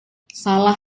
salah